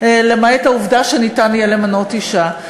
למעט העובדה שיהיה אפשר למנות אישה.